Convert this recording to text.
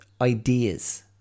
ideas